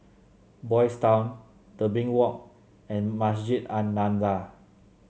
Boys' Town Tebing Walk and Masjid An Nahdhah